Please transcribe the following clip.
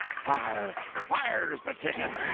fire! fire's the ticket!